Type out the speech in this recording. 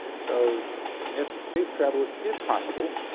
so if space travel is possible,